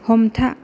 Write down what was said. हमथा